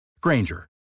Granger